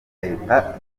leta